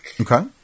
Okay